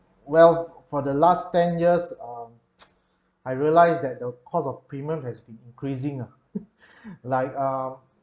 well for the last ten years um I realised that the cost of premium has been increasing ah like uh